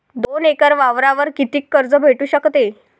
दोन एकर वावरावर कितीक कर्ज भेटू शकते?